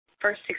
first